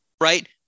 right